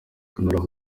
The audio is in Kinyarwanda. muraho